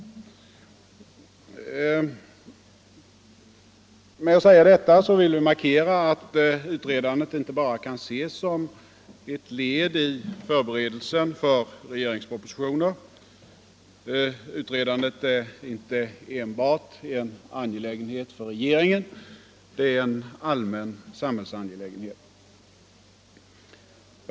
Genom att säga detta vill vi markera att utredandet inte bara kan ses som ett led i förberedandet av regeringspropositioner; utredandet är inte enbart en angelägenhet för regeringen, det är en allmän samhällsangelägenhet.